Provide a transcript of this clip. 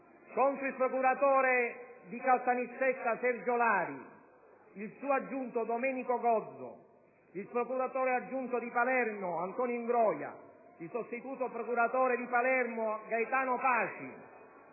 Contro il procuratore di Caltanissetta Sergio Lari, il suo aggiunto Domenico Gozzo, il procuratore aggiunto di Palermo Antonio Ingroia, il sostituto procuratore di Palermo Gaetano Paci